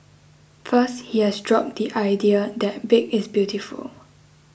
first he has dropped the idea that big is beautiful